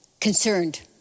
concerned